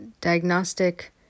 Diagnostic